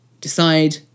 Decide